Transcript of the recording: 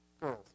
girls